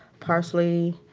parsley.